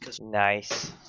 Nice